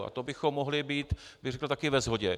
A to bychom mohli být, bych řekl, také ve shodě.